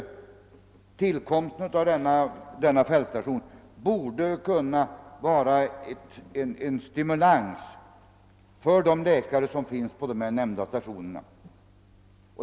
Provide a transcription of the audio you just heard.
Tillkomsten av denna fältstation borde vara en stimulans för de läkare som verkar på de nämnda stationerna.